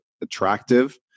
attractive